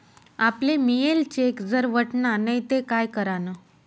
आपले मियेल चेक जर वटना नै ते काय करानं?